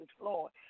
Lord